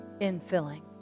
infilling